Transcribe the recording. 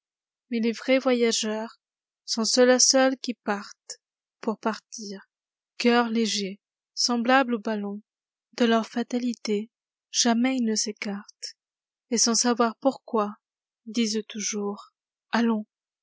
mais les vrais voyageurs sont ceux-là seuls qui partentpour partir cœurs légers semblables aux ballons de leur fatalité jamais ils ne s'écartent et sans savoir pourquoi disent toujours allonsi